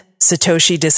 Satoshi